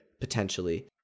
potentially